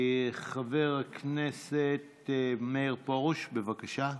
חבר הכנסת מאיר פרוש, בבקשה.